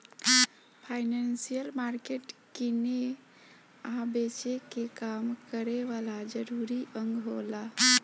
financial market किने आ बेचे के काम करे वाला जरूरी अंग होला